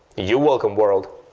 you welcome, world!